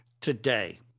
today